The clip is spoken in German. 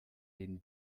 den